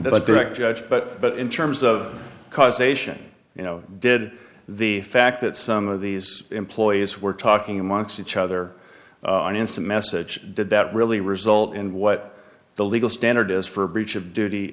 direct judge but but in terms of causation you know did the fact that some of these employees were talking amongst each other an instant message did that really result in what the legal standard is for breach of duty